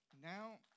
Now